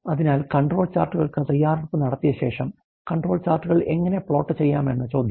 അതിനാൽ കൺട്രോൾ ചാർട്ടുകൾക്ക് തയ്യാറെടുപ്പ് നടത്തിയ ശേഷം കൺട്രോൾ ചാർട്ടുകൾ എങ്ങനെ പ്ലോട്ട് ചെയ്യാമെന്നതാണ് ചോദ്യം